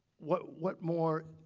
what what more